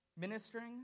ministering